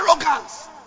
arrogance